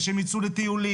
והם יצאו לטיולים.